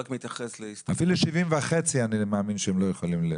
אפילו 70.5 אני מאמין שלא יוכלו.